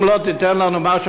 אם לא תיתן לנו משהו,